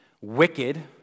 Wicked